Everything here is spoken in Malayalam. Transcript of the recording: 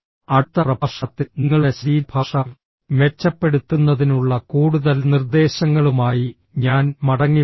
അടുത്ത പ്രഭാഷണത്തിൽ നിങ്ങളുടെ ശരീരഭാഷ മെച്ചപ്പെടുത്തുന്നതിനുള്ള കൂടുതൽ നിർദ്ദേശങ്ങളുമായി ഞാൻ മടങ്ങിവരും